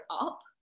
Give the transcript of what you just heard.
up